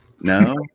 No